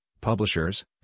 publishers